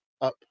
up